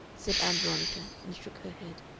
said ann veronica, and shook her head.